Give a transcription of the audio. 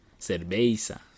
Cerveza